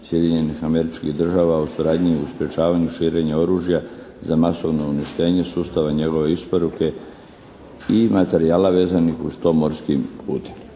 Sjedinjenih Američkih Država o suradnji u sprječavanju širenja oružja za masovno uništenje, sustava njegove isporuke i materijala vezanih uz to morskim putem.